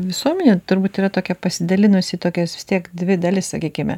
visuomenė turbūt yra tokia pasidalinusi į tokias vis tiek dvi dalis sakykime